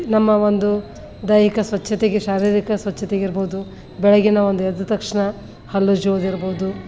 ನಮ್ಮ ಒಂದು ದೈಹಿಕ ಸ್ವಚ್ಛತೆಗೆ ಶಾರೀರಿಕ ಸ್ವಚ್ಛತೆಗಿರ್ಬೋದು ಬೆಳಗಿನ ಒಂದು ಎದ್ದ ತಕ್ಷಣ ಹಲ್ಲುಜ್ಜೋದಿರ್ಬೋದು